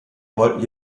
wollten